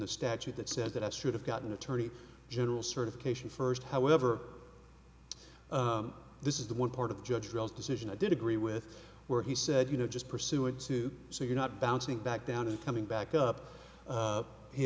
the statute that says that i should have got an attorney general certification first however this is the one part of judge charles decision i did agree with where he said you know just pursuant to so you're not bouncing back down and coming back up